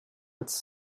its